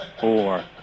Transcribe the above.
four